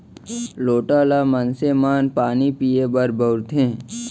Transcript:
लोटा ल मनसे मन पानी पीए बर बउरथे